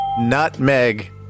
Nutmeg